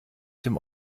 dem